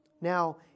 Now